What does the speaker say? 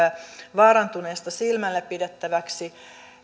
vaarantuneesta silmällä pidettäväksi